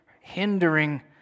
hindering